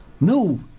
No